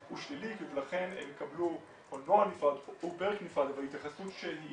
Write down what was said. הוא שלילי ולכן הם יקבלו או נוהל נפרד או פרק נפרד אבל התייחסות שהיא